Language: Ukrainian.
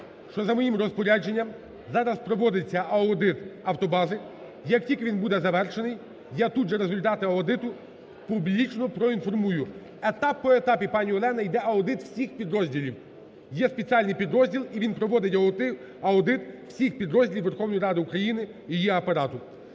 що за моїм розпорядженням зараз проводиться аудит автобази. Як тільки він буде завершений, я тут же результати аудиту публічно проінформую. Етап по етапу, пані Олена, іде аудит всіх підрозділів. Є спеціальний підрозділ і він проводить аудит всіх підрозділів Верховної Ради України і її Апарату.